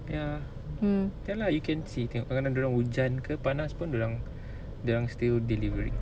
ya ya lah you can see tengok kadang-kadang dia orang hujan ke panas pun dia orang dia orang still delivering